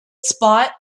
spot